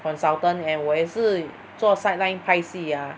consultant and 我也是做 sideline 拍戏 ah